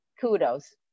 kudos